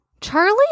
Charlie